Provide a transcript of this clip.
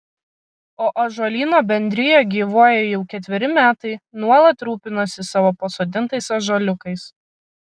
o ąžuolyno bendrija gyvuoja jau ketveri metai nuolat rūpinasi savo pasodintais ąžuoliukais